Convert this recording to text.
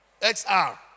XR